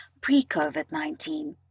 pre-COVID-19